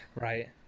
Right